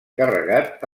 carregat